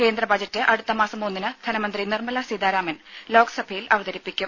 കേന്ദ്ര ബജറ്റ് അടുത്തമാസം ഒന്നിന് ധനമന്ത്രി നിർമല സീതാരാമൻ ലോക്സഭയിൽ അവതരിപ്പിക്കും